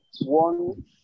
One